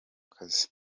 kazi